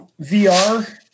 VR